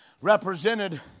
represented